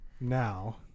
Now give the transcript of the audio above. Now